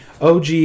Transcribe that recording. OG